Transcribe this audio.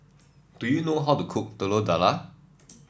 do you know how to cook Telur Dadah